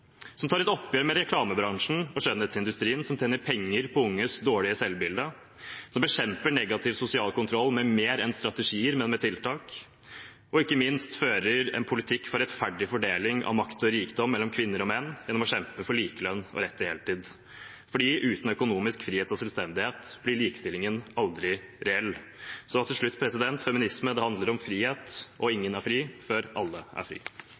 man tar et oppgjør med reklamebransjen og skjønnhetsindustrien som tjener penger på unges dårlige selvbilde, at man bekjemper negativ sosial kontroll med mer enn strategier, men med tiltak, og ikke minst at man fører en politikk for rettferdig fordeling av makt og rikdom mellom kvinner og menn gjennom å kjempe for likelønn og rett til heltid. For uten økonomisk frihet og selvstendighet blir likestillingen aldri reell. Så – til slutt: Feminisme handler om frihet. Og ingen er fri før alle er fri.